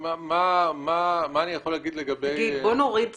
מה אני יכול להגיד לגבי --- בוא נוריד ציפיות.